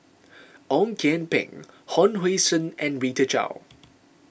Ong Kian Peng Hon Sui Sen and Rita Chao